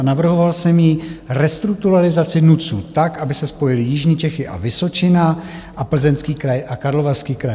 Navrhoval jsem jí restrukturalizaci NUTS tak, aby se spojily Jižní Čechy a Vysočina a Plzeňský kraj a Karlovarský kraj.